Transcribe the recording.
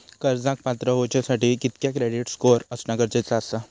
कर्जाक पात्र होवच्यासाठी कितक्या क्रेडिट स्कोअर असणा गरजेचा आसा?